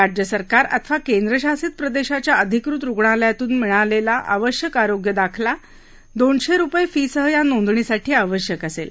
राज्यसरकार अथवा केंद्रशासित प्रदेशाच्या अधिकृत रुग्णालयातून मिळालेला आवश्यक आरोग्य दाखला दोनशे रुपये फी सह या नोंदणीसाठी आवश्यक असेल